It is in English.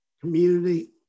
community